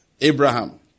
Abraham